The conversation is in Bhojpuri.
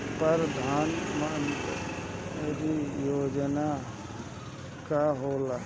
परधान मंतरी योजना का होला?